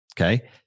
okay